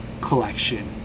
collection